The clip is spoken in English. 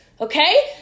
okay